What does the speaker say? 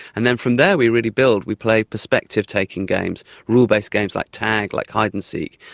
and then from there we really built. we played perspective taking games, rule-based games like tag, like hide and seek,